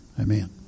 Amen